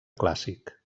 clàssic